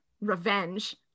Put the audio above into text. revenge